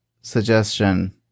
suggestion